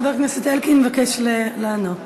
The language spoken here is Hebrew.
חבר הכנסת אלקין מבקש לענות.